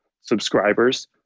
subscribers